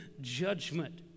judgment